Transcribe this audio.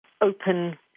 open